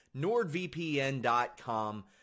NordVPN.com